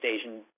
Asian